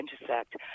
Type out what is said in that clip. intersect